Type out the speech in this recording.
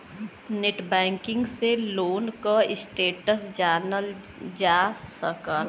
net banking से loan क status जानल जा सकला